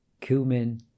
cumin